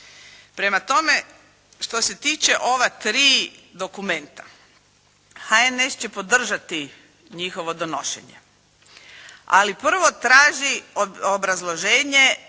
Prema tome, što se tiče ova tri dokumenta HNS će podržati njihovo donošenje ali prvo traži obrazloženje